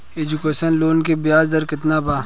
Education loan के ब्याज दर केतना बा?